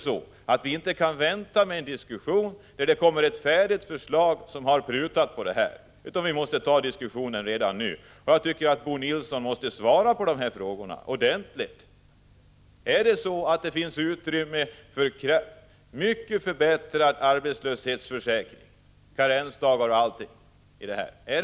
Vi kan inte vänta med en diskussion tills det kommer ett färdigt förslag med prutningar, utan vi måste ta diskussionen redan nu. Bo Nilsson måste också svara ordentligt på dessa frågor. Finns det utrymme för en mycket förbättrad arbetslöshetsförsäkring, karensdagar m.m.?